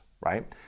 right